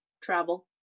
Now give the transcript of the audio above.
Travel